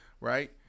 right